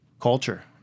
culture